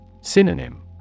Synonym